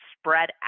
spread